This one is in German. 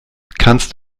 kannst